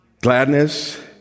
gladness